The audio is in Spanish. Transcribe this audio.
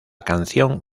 canción